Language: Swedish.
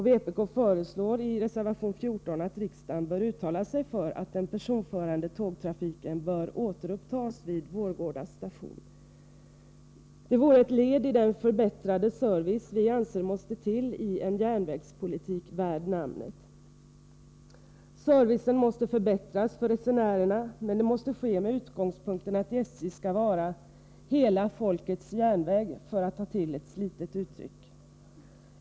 Vpk föreslår i reservation 14 att riksdagen bör uttala sig för att den personförande tågtrafiken återupptas vid Vårgårda station. Det vore ett led i den förbättrade service som vi anser måste till i en järnvägspolitik värd namnet. Servicen måste förbättras för resenärerna, men det måste ske med utgångspunkten att SJ skall vara ”hela folkets järnväg”, för att ta till ett slitet uttryck.